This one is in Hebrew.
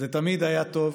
תמיד היה טוב